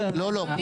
לא, לא.